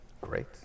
Great